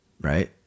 Right